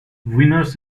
winners